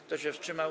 Kto się wstrzymał?